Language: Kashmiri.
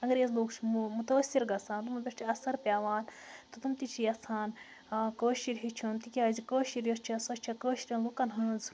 انٛگریز لوٗکھ چھِ متٲثر گَژھان تِمَن پٮ۪ٹھ چھُ اَثر پیٚوان تہٕ تِم تہِ چھِ یَژھان ٲں کٲشُر ہیٚچھُن تِکیٛازِ کٲشِر یۄس چھِ سۄ چھِ کٲشریٚن لوٗکَن ہنٛز